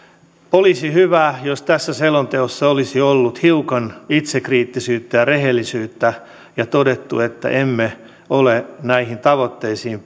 olisi hyvä jos tässä selonteossa olisi ollut hiukan itsekriittisyyttä ja rehellisyyttä ja todettu että emme ole näihin tavoitteisiin